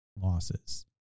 losses